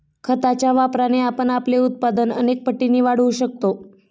खताच्या वापराने आपण आपले उत्पादन अनेक पटींनी वाढवू शकतो